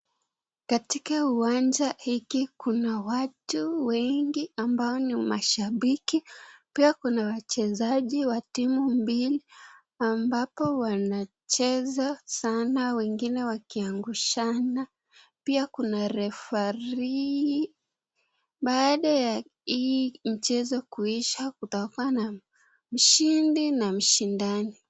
Katika uwanja hiki kuna watu wengi ambao ni mashambiki. Pia kuna wachezaji wa timu mbili ambapo wanacheza sana, wengine wakiangushana. Pia kuna referee . Baada ya hii mchezo kuisha kutakuwa na mshindi na mshindani.